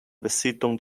besiedlung